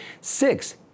six